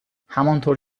همانطور